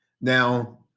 Now